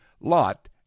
Lot